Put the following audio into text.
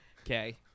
okay